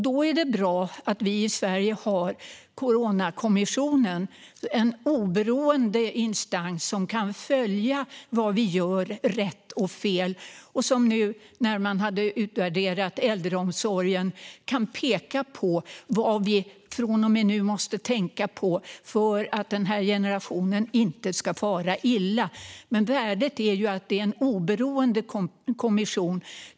Då är det bra att vi i Sverige har Coronakommissionen, en oberoende instans som kan följa vad vi gör rätt och som nu, när äldreomsorgen har utvärderats, kan peka på vad vi från och med nu måste tänka på för att den äldre generationen inte ska fara illa. Värdet är att det är en oberoende kommission.